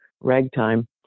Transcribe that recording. ragtime